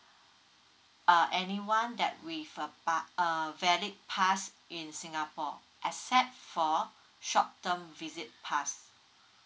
uh anyone that with uh valid pass in singapore except for short term visit pass